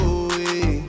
away